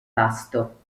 vasto